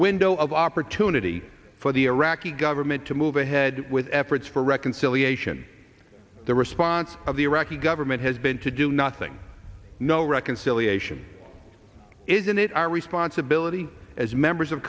window of opportunity for the iraqi government to move ahead with efforts for reconciliation the response of the iraqi government has been to do nothing no reconciliation isn't it our responsibility as members of